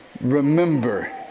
remember